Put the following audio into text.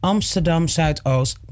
Amsterdam-Zuidoost